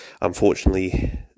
unfortunately